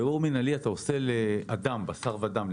בירור מינהלי אתה עושה לאדם, בשר ודם.